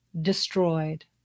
destroyed